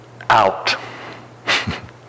out